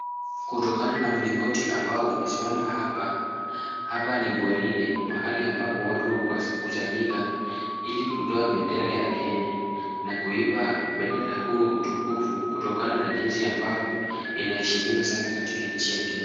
Kutokana na mlingoti ambao umesimama hapa, hapa ni gwaride, mahali ambapo watu hukusanyika ili kutoa bendera ya Kenya na kuipa bendera huu utukufu kutokana na jinsi ambavyo inaheshimiwa sana katika nchi ya Kenya.